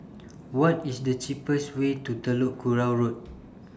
What IS The cheapest Way to Telok Kurau Road